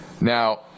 Now